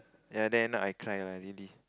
ya then I cry lah really